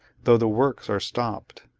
though the works are stopped.